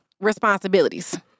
responsibilities